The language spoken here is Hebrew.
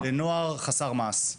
לנוער חסר מעש.